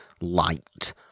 light